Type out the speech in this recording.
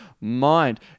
mind